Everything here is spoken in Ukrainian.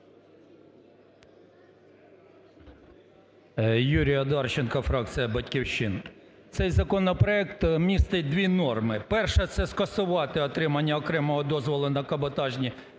Юрій Одарченко, фракція "Батьківщина". Цей законопроект містить дві норми. Перша – це скасувати отримання окремого дозволу на каботажні